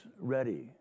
ready